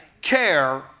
care